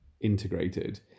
integrated